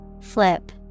Flip